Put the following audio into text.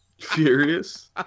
furious